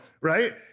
right